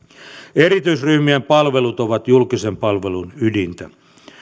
erityisryhmien palvelut ovat julkisen palvelun ydintä